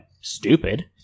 stupid